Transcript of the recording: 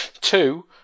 two